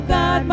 God